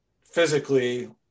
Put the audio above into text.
physically